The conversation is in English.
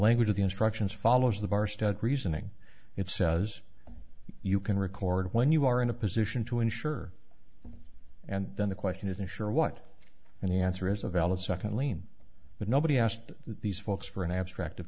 language of the instructions follows the bar stock reasoning it says you can record when you are in a position to insure and then the question is not sure what the answer is a valid second lien but nobody asked these folks for an abstract of